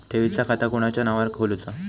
ठेवीचा खाता कोणाच्या नावार खोलूचा?